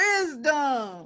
wisdom